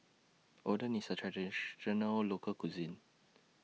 Oden IS A Traditional Local Cuisine